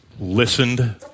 listened